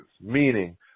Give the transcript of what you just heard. Meaning